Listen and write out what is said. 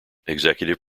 executive